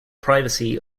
privacy